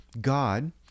God